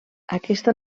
aquesta